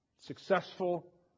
successful